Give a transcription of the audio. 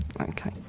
Okay